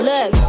Look